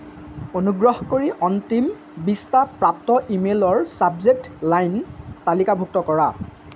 অনুগ্ৰহ কৰি অন্তিম বিছটা প্ৰাপ্ত ইমেইলৰ ছাবজেক্ট লাইন তালিকাভুক্ত কৰা